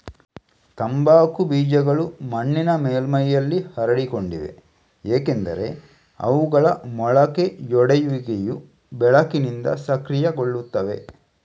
ತಂಬಾಕು ಬೀಜಗಳು ಮಣ್ಣಿನ ಮೇಲ್ಮೈಯಲ್ಲಿ ಹರಡಿಕೊಂಡಿವೆ ಏಕೆಂದರೆ ಅವುಗಳ ಮೊಳಕೆಯೊಡೆಯುವಿಕೆಯು ಬೆಳಕಿನಿಂದ ಸಕ್ರಿಯಗೊಳ್ಳುತ್ತದೆ